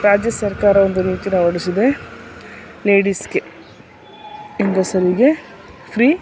ರಾಜ್ಯ ಸರ್ಕಾರವು ಹೊರಡಿಸಿದೆ ಲೇಡಿಸಿಗೆ ಹೆಂಗಸರಿಗೆ ಫ್ರೀ